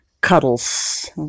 cuddles